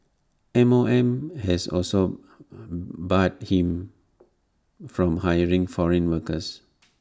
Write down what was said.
M O M has also barred him from hiring foreign workers